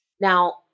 Now